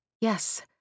Yes